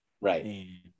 right